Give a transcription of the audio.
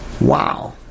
Wow